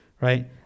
Right